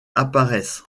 apparaissent